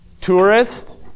Tourist